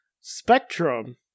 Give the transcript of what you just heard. spectrum